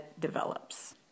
develops